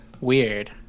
Weird